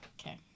okay